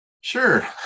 Sure